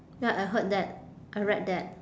ya I heard that I read that